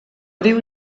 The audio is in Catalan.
riu